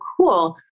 cool